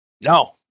no